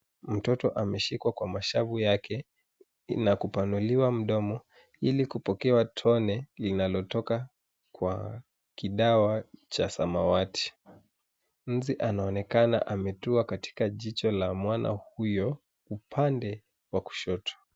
Mtoto ameshikwa kwa mashavu yake na kupanuliwa mdomo ili kupokewa tone linalotoka kwa kidawa cha samawati. Nzi anaonekana ametua katika jicho la mwana huyo upande wa kushoto.